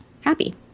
happy